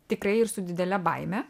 tikrai ir su didele baime